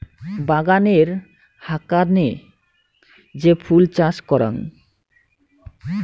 বাগানের হাকানে যে ফুল চাষ করাং